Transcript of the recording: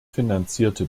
finanzierte